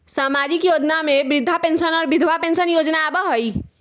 सामाजिक योजना में वृद्धा पेंसन और विधवा पेंसन योजना आबह ई?